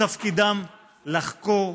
תפקידם לחקור,